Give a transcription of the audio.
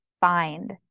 find